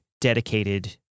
dedicated